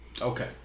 Okay